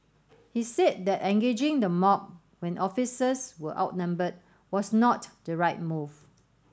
he said that engaging the mob when officers were outnumbered was not the right move